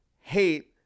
hate